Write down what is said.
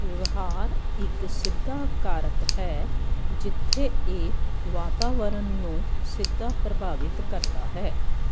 ਵਿਵਹਾਰ ਇੱਕ ਸਿੱਧਾ ਕਾਰਕ ਹੈ ਜਿੱਥੇ ਇਹ ਵਾਤਾਵਰਣ ਨੂੰ ਸਿੱਧਾ ਪ੍ਰਭਾਵਿਤ ਕਰਦਾ ਹੈ